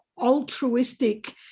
altruistic